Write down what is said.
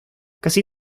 casi